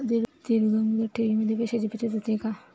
दीर्घ मुदत ठेवीमध्ये पैशांची बचत होते का?